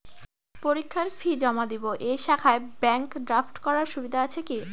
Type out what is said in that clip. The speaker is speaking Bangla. পরীক্ষার ফি জমা দিব এই শাখায় ব্যাংক ড্রাফট করার সুবিধা আছে কি?